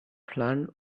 flung